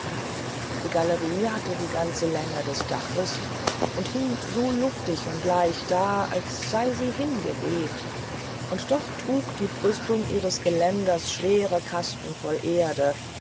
die galerie hatte die ganze länge des daches und hing so luftig und leicht da als sei sie hingeweht und doch trug die brüstung ihres geländers schwere kasten voll erde